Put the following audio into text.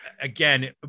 again